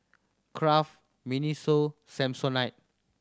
Kraft MINISO Samsonite